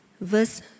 verse